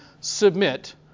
submit